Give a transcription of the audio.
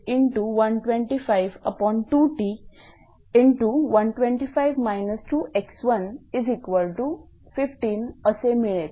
8×1252T125 2x115 असे मिळेल